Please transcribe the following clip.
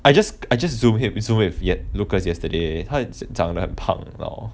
I just I just zoom him zoom with ian and lucas yesterday 他很长得很胖 lor